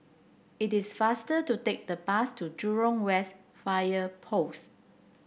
it is faster to take the bus to Jurong West Fire Post